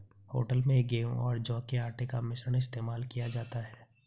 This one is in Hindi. होटल में गेहूं और जौ के आटे का मिश्रण इस्तेमाल किया जाता है